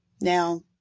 Now